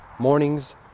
mornings